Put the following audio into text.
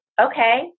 Okay